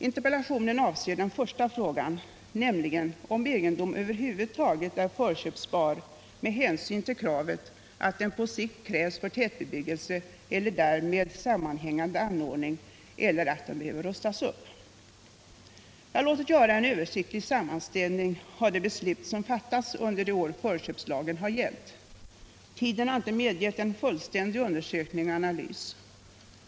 Interpellationen avser den första frågan, nämligen om egendom över huvud taget är förköpsbar med hänsyn till kravet att den på sikt krävs för tätbebyggelse eller därmed sammanhängande anordning eller att den behöver rustas upp. Jag har låtit göra en översiktlig sammanställning av de beslut som fattats under de år förköpslagen har gällt. Tiden har inte medgett en fullständig undersökning och analys.